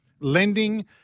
Lending